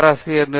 பேராசிரியர் ஆர்